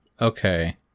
Okay